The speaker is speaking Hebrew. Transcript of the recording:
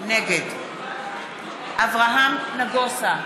נגד אברהם נגוסה,